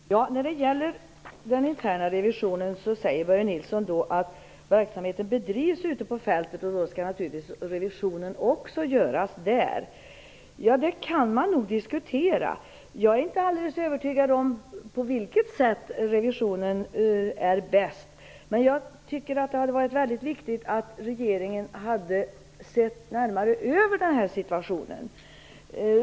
Herr talman! När det gäller den interna revisionen säger Börje Nilsson att verksamheten bedrivs ute på fältet och då skall naturligtvis också revisionen göras där. Det kan nog diskuteras. Jag är inte alldeles övertygad om på vilket sätt revisionen görs bäst. Men jag tycker att det är viktigt att regeringen närmare ser över den här situationen.